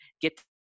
get